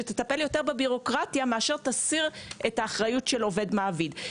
שתטפל יותר בבירוקרטיה מאשר שתסיר את האחריות של עובד-מעביד.